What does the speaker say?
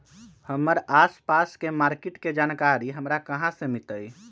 हमर आसपास के मार्किट के जानकारी हमरा कहाँ से मिताई?